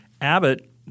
Abbott